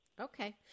Okay